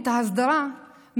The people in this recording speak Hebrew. את ההסדרה,